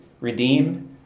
redeem